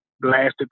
blasted